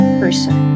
person